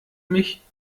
mich